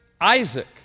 Isaac